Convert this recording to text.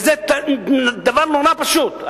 וזה דבר נורא פשוט.